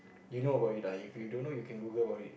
you know about it or not if you don't know you can Google about it